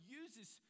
uses